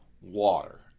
water